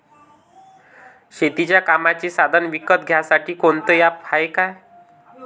शेतीच्या कामाचे साधनं विकत घ्यासाठी कोनतं ॲप हाये का?